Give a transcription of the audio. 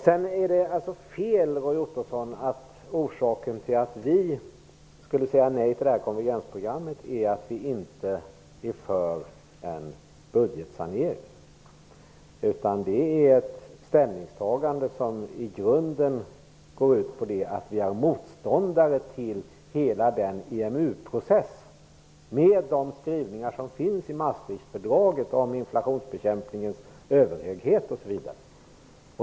Sedan är det fel, Roy Ottosson, att vi säger nej till konvergensprogrammet därför att vi inte är för en budgetsanering. Det ställningstagandet går i grunden ut på att vi är motståndare till hela EMU-processen med Maastrichtfördragets skrivningar om inflationsbekämpningens överhöghet osv.